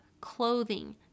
clothing